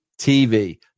TV